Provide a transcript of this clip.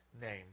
name